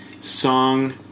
song